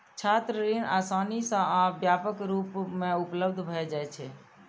छात्र ऋण आसानी सं आ व्यापक रूप मे उपलब्ध भए जाइ छै